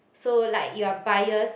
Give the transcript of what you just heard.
so like you're bias